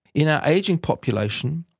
in our aging population,